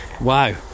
Wow